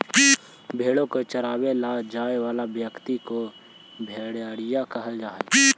भेंड़ों को चरावे ले जाए वाला व्यक्ति को गड़ेरिया कहल जा हई